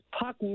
puck